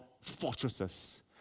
fortresses